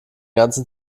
ganzen